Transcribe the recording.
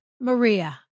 Maria